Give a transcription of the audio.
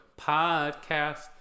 podcast